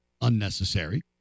unnecessary